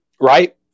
Right